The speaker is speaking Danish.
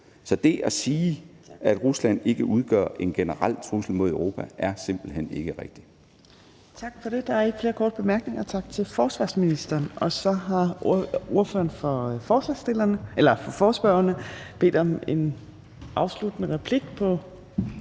Så det at sige, at Rusland ikke udgør en generel trussel mod Europa, er simpelt hen ikke rigtigt.